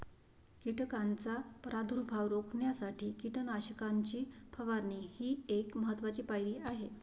कीटकांचा प्रादुर्भाव रोखण्यासाठी कीटकनाशकांची फवारणी ही एक महत्त्वाची पायरी आहे